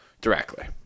directly